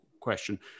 question